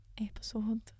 episode